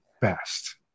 best